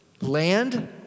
land